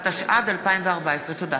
התשע"ד 2014. תודה.